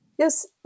Yes